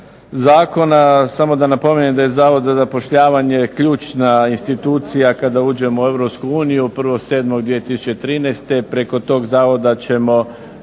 zakona, samo da napomenem da je Zavod za zapošljavanje ključna institucija kada uđemo u Europsku uniju 1.7.2013., preko tog zavoda ćemo